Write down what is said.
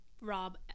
Rob